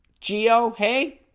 geo hey